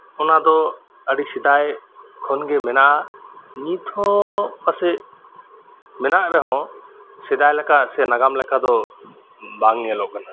ᱚᱱᱟᱫᱚ ᱟᱹᱰᱤ ᱥᱮᱫᱟᱭ ᱠᱷᱚᱱᱜᱤ ᱢᱮᱱᱟᱜᱼᱟ ᱱᱤᱛᱦᱚᱸ ᱯᱟᱥᱮᱡ ᱢᱮᱱᱟᱜ ᱨᱮᱦᱚᱸ ᱥᱮᱫᱟᱭ ᱞᱮᱠᱟ ᱥᱮ ᱱᱟᱜᱟᱢ ᱞᱮᱠᱟᱫᱚ ᱵᱟᱝ ᱧᱮᱞᱚᱜ ᱠᱟᱱᱟ